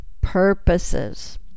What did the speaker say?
purposes